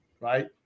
right